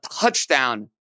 touchdown